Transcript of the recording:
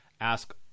Ask